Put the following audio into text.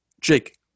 Jake